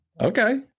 Okay